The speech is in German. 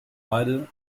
beide